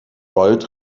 gold